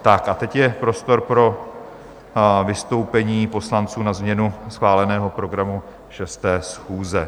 Tak a teď je prostor pro vystoupení poslanců na změnu schváleného programu 6. schůze.